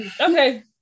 Okay